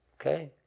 okay